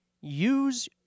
use